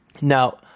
now